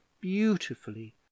beautifully